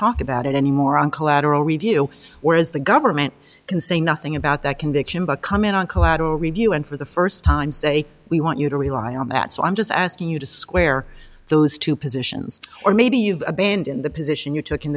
talk about it anymore on collateral review whereas the government can say nothing about that conviction but comment on collateral review and for the first time say we want you to rely on that so i'm just asking you to square those two positions or maybe you've abandoned the position you took in